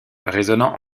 résonnant